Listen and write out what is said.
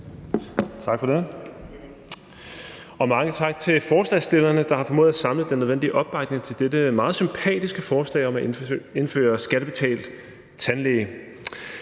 Tak for det, og mange tak til forslagsstillerne, der har formået at samle den nødvendige opbakning til dette meget sympatiske forslag om at indføre skattebetalt tandlæge.